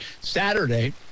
Saturday